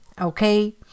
Okay